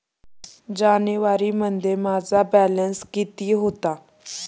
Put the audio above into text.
जानेवारीमध्ये माझा बॅलन्स किती होता?